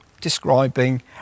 describing